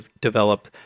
develop